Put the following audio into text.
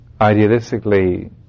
idealistically